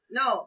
no